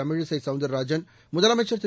தமிழிசை சௌந்தரராஜன் முதலமைச்சர் திரு